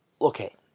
Okay